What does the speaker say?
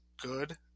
good